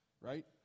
Right